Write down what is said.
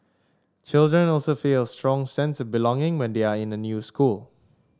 children also feel a strong sense of belonging when they are in a new school